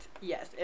yes